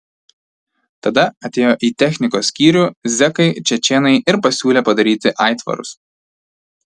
tada atėjo į technikos skyrių zekai čečėnai ir pasisiūlė padaryti aitvarus